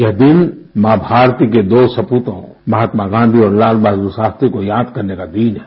यह दिन माँ भारती के दो सपूतों महात्मा गाँधी और लाल बहादुर शास्त्री को याद करने का दिन है